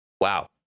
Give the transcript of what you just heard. wow